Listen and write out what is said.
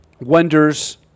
Wonders